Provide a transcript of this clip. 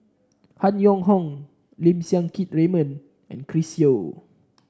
Han Yong Hong Lim Siang Keat Raymond and Chris Yeo